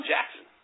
Jackson